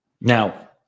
now